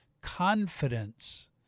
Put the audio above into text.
confidence